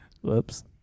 Whoops